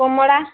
କମଳା